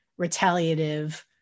retaliative